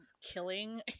killing